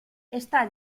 está